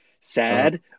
sad